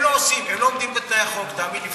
שלא עומדים בתנאי החוק, תאמין לי.